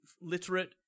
literate